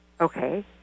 Okay